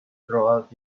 throughout